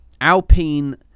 alpine